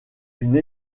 une